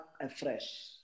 afresh